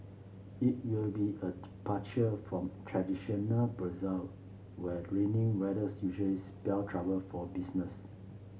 it will be a departure from traditional bazaar where rainy weather usually spell trouble for business